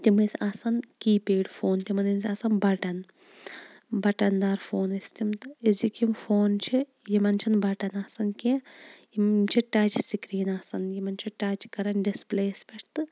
تِم ٲسۍ آسان کی پیڈ فون تِمَن ٲسۍ آسن بَٹَن بَٹَن دار فون ٲسۍ تِم تہٕ أزِکۍ یِم فون چھِ یِمَن چھِنہٕ بَٹَن آسان کینٛہہ یِم چھِ ٹَچ سِکریٖن آسان یِمَن چھُ ٹَچ کَران ڈِسپلے یَس پیٚٹھ تہٕ